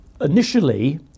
initially